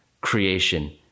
creation